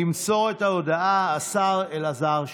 ימסור את ההודעה השר אלעזר שטרן,